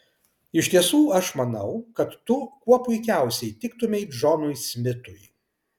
iš tiesų aš manau kad tu kuo puikiausiai tiktumei džonui smitui